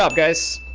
um guys